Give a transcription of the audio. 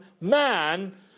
man